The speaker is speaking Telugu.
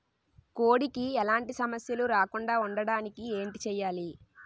కోడి కి ఎలాంటి సమస్యలు రాకుండ ఉండడానికి ఏంటి చెయాలి?